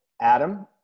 Adam